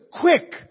quick